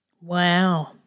Wow